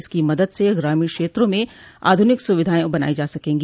इसकी मदद से ग्रामीण क्षेत्रों में आधुनिक सुविधाएं बनाई जा सकेंगी